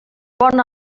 bon